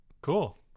Cool